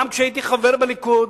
גם כשהייתי חבר בליכוד,